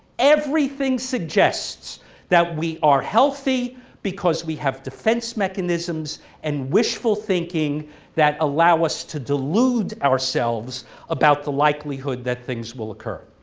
everything suggests that we are healthy because we have defense mechanisms and wishful thinking that allow us to delude ourselves about the likelihood that things will occur.